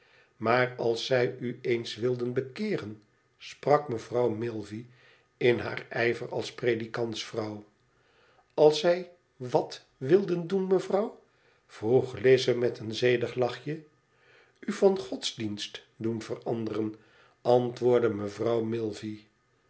maar als zij u eens wilden bekeeren sprak mevrouw milvey in haar ij ver als predikantsvrouw als zij wikt wilden doen mevrouw vroeg lize met een zedig lachje u van godsdienst doen veranderen antwoordde mevrouw